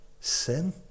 sin